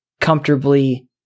comfortably